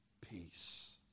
peace